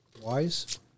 Wise